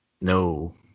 No